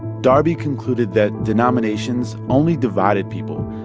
darby concluded that denominations only divided people,